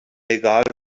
egal